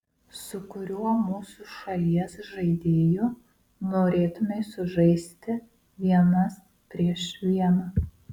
su kuriuo mūsų šalies žaidėju norėtumei sužaisti vienas prieš vieną